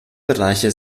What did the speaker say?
bereiche